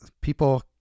people